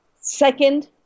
Second